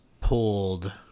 pulled